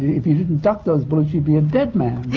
if you didn't duck those bullets, you'd be a dead man.